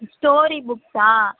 story புக்ஸ்ஸா